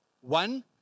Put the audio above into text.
One